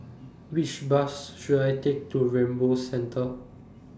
Which Bus should I Take to Rainbow Centre